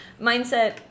mindset